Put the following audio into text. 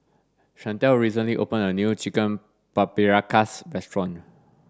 Chantelle recently opened a new Chicken Paprikas restaurant